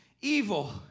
evil